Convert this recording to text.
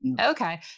Okay